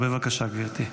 בבקשה, גברתי.